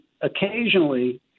occasionally